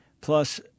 plus